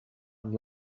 amb